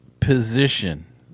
position